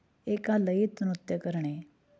एका लयीत नृत्य करणे